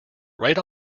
right